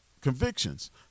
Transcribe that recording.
convictions